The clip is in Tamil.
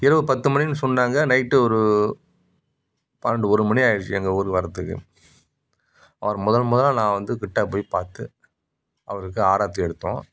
இரவு பத்து மணின்னு சொன்னாங்க நைட் ஒரு பன்னெண்டு ஒரு மணி ஆயிடுச்சி எங்கள் ஊர் வரதுக்கு அவர் முதல் முதலா நான் வந்து கிட்ட போய் பார்த்து அவருக்கு ஆராத்தி எடுத்தோம்